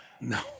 no